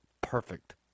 perfect